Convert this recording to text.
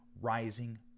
rising